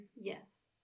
Yes